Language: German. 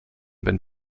wenn